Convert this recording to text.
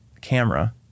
camera